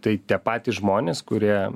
tai tie patys žmonės kurie